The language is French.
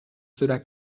cela